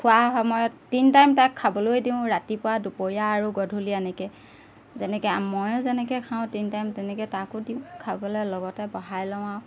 খোৱাৰ সময়ত তিনি টাইম তাক খাবলৈ দিওঁ ৰাতিপুৱা দুপৰীয়া আৰু গধূলি এনেকৈ যেনেকৈ ময়ো যেনেকৈ খাওঁ তিনি টাইম তেনেকৈ তাকো দিওঁ খাবলৈ লগতে বহাই লওঁ আৰু